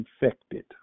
infected